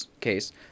case